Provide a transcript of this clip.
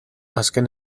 azken